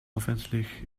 hoffentlich